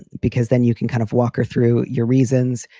because then you can kind of walk her through your reasons.